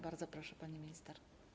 Bardzo proszę, pani minister.